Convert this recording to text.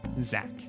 Zach